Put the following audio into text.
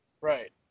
Right